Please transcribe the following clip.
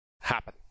happen